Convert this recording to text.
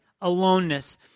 aloneness